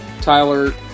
Tyler